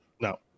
No